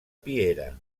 piera